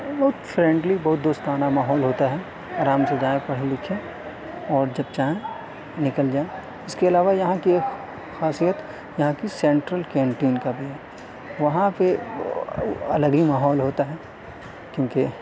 بہت فرینڈلی بہت دوستانہ ماحول ہوتا ہے آرام سے جائیں پڑھیں لکھیں اور جب چاہیں نکل جائیں اس کے علاوہ یہاں کی ایک خاصیت یہاں کی سینٹرل کینٹین کا بھی ہے وہاں پہ الگ ہی ماحول ہوتا ہے کیونکہ